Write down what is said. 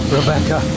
Rebecca